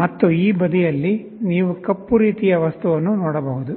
ಮತ್ತು ಈ ಬದಿಯಲ್ಲಿ ನೀವು ಕಪ್ಪು ರೀತಿಯ ವಸ್ತುವನ್ನು ನೋಡಬಹುದು